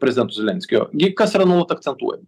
prezidento zelenskio gi kas yra nuolat akcentuojama